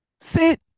Sit